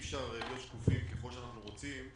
אי אפשר להיות שקופים, ככל שאנחנו רוצים,